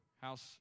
house